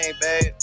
babe